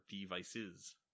devices